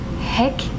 Heck